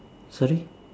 sorry